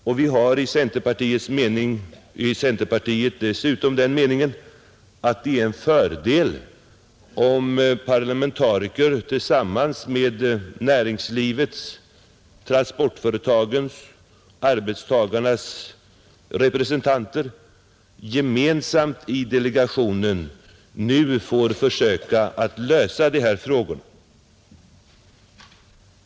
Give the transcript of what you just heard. Enligt 43 centerpartiets mening är det dessutom en fördel att parlamentariker tillsammans med näringslivets, transportföretagens och arbetstagarnas representanter gemensamt i delegationen nu får försöka att lösa de här frågorna.